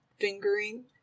fingering